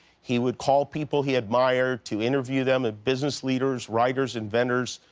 he would call people he admired to interview them, ah business leaders, writers, inventors.